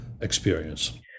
experience